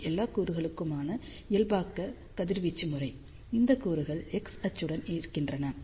இது எல்லா கூறுகளுக்குமான இயல்பாக்க கதிர்வீச்சு முறை இந்த கூறுகள் எக்ஸ் அச்சுடன் இருக்கின்றன